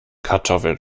kartoffeln